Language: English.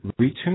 retune